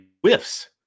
whiffs